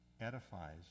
edifies